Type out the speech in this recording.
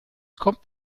kommt